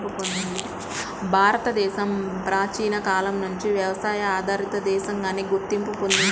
భారతదేశం ప్రాచీన కాలం నుంచి వ్యవసాయ ఆధారిత దేశంగానే గుర్తింపు పొందింది